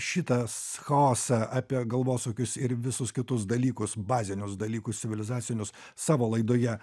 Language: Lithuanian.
šitas chaosą apie galvosūkius ir visus kitus dalykus bazinius dalykus civilizacinius savo laidoje